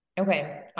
Okay